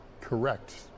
correct